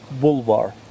Boulevard